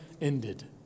ended